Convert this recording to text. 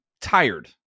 tired